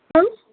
কোন